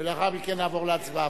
ולאחר מכן נעבור להצבעה.